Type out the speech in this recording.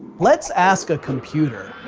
let's ask a computer.